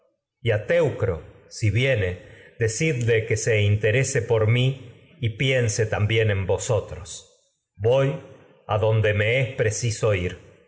a teucro si viene decidle que se interese pores mí y piense también en vosotros voy adonde me preciso ir